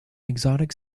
exotic